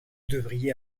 devriez